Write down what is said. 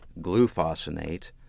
glufosinate